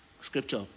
Scripture